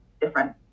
different